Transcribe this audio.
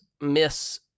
miss